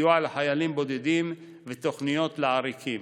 סיוע לחיילים בודדים ותוכניות לעריקים,